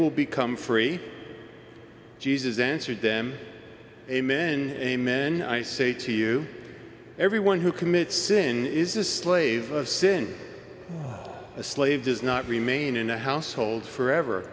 will become free jesus answered them amen amen i say to you everyone who commit sin is a slave a sin a slave does not remain in the household forever